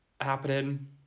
happening